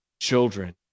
children